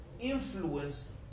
influence